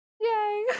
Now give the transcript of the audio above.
Yay